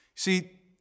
See